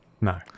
No